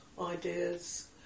ideas